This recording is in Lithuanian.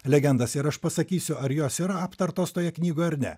legendas ir aš pasakysiu ar jos yra aptartos toje knygoje ar ne